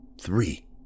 three